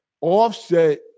offset